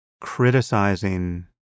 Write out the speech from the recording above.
criticizing